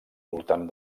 voltant